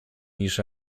niż